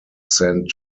saint